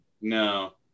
No